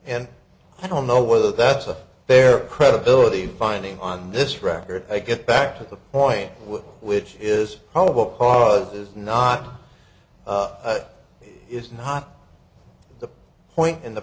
and i don't know whether that's a their credibility finding on this record i get back to the point which is probable cause is not is not the point in the